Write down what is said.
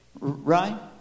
Right